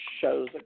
shows